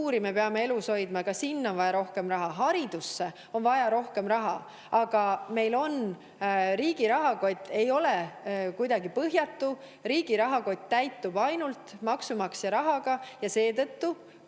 me peame elus hoidma, sinna on vaja rohkem raha. Haridusse on vaja rohkem raha. Aga riigi rahakott ei ole põhjatu, riigi rahakott täitub ainult maksumaksja rahaga. Seetõttu